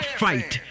fight